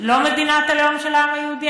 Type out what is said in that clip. לא מדינת הלאום של העם היהודי?